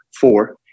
four